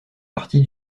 partie